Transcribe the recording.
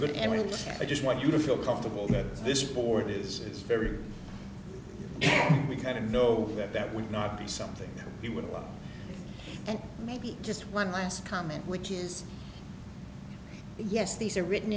good and i just want you to feel comfortable that this board is it's very we kind of know that that would not be something we would like and maybe just one last comment which is that yes these are written